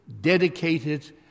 dedicated